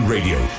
Radio